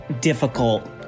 difficult